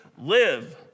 live